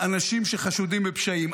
אנשים שחשודים בפשעים.